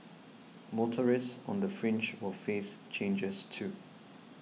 motorists on the fringe will face changes too